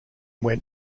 went